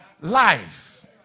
life